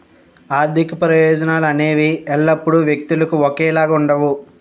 ఆర్థిక ప్రయోజనాలు అనేవి ఎల్లప్పుడూ వ్యక్తులకు ఒకేలా ఉండవు